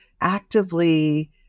actively